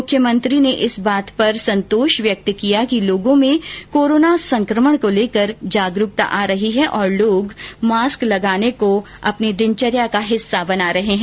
मुख्यमंत्री ने इस बात पर संतोष व्यक्त किया कि लोगों में कोरोना संकमण को लेकर जागरूकता आ रही है और मास्क लगाने को उन्होंने अपनी दिनचर्या का हिस्सा बना लिया है